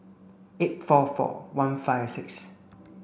eight four four one five six